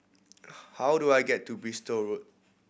how do I get to Bristol Road